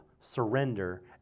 surrender